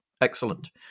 Excellent